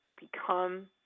become